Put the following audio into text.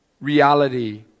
reality